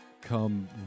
come